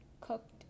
cooked